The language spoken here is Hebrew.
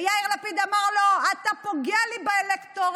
ויאיר לפיד אמר לו: אתה פוגע לי באלקטורט,